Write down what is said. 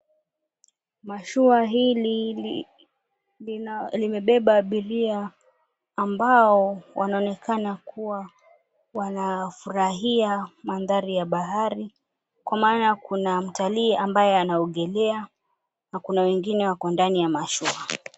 Mashua hili limebeba abiria ambao wanaonekana kuwa wanafurahia mandhari ya bahari kwa maana kuna mtalii ambaye anaogelea na kuna wengine wako ndani ya mashua.